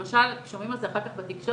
למשל שומעים על זה אחר כך בתקשורת,